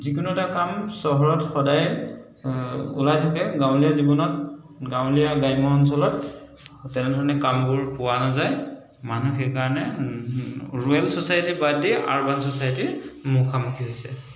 যিকোনো এটা কাম চহৰত সদায় ওলাই থাকে গাঁৱলীয়া জীৱনত গাঁৱলীয়া গ্ৰাম্য অঞ্চলত তেনেধৰণে কামবোৰ পোৱা নাযায় মানুহ সেইকাৰণে ৰুৰেল চ'ছাইটী বাদ দি আৰবান চ'ছাইটীৰ মুখামুখি হৈছে